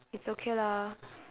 it's okay lah